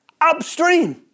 upstream